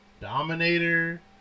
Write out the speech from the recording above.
dominator